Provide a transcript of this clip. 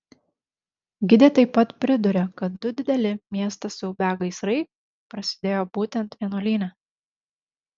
gidė taip pat priduria kad du dideli miestą siaubią gaisrai prasidėjo būtent vienuolyne